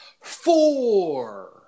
Four